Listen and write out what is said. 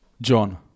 John